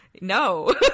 No